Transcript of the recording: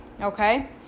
Okay